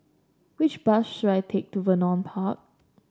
Which bus should I take to Vernon Park